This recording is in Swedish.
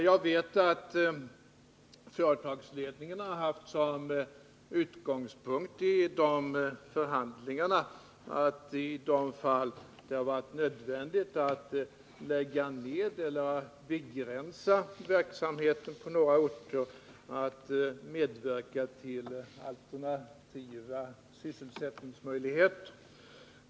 Jag vet att företagsledningen i dessa förhandlingar — i de fall det har varit nödvändigt att lägga ned eller begränsa verksamheten på några orter — har haft såsom utgångspunkt att söka medverka till alternativa sysselsättningar.